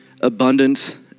abundance